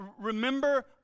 remember